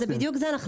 זה בדיוק זה,